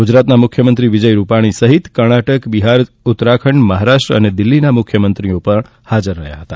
ગુજરાતના મુખ્યમંત્રી વિજય રૂપાણી સહિત કર્ણાટક બિહાર ઉત્તરાખંડ મહારાષ્ટ્ર અને દિલ્હીના મુખ્યંમત્રીઓ પણ હાજર રહ્યા હતા